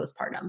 postpartum